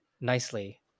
nicely